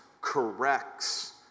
corrects